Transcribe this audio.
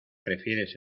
prefieres